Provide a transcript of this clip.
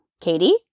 Katie